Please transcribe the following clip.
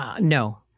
No